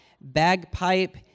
bagpipe